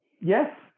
yes